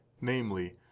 namely